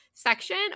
section